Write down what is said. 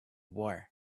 war